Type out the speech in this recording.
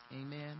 Amen